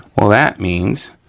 well that means,